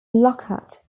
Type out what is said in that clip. lockhart